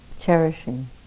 cherishing